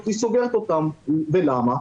למה?